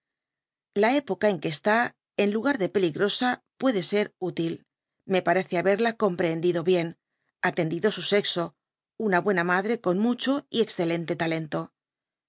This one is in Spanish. la poca en que está en lugar de peligrosa puede ser útil me parece haberla comprehéndido bien atendido su sexo una buena madre con mucho y excelente talento